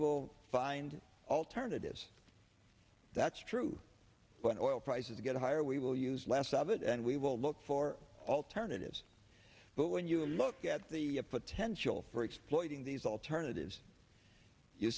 will find alternatives that's true but or oil prices get higher we will use less of it and we will look for alternatives but when you look at the potential for exploiting these alternatives you